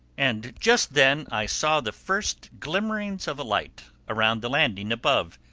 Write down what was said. and just then i saw the first glimmerings of a light around the landing above.